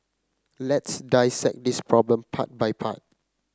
let's dissect this problem part by part